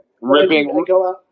Ripping